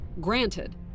Granted